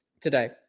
today